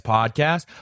Podcast